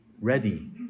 ready